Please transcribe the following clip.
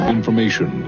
Information